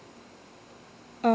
uh